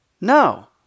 No